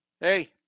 Hey